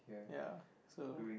ya so